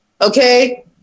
Okay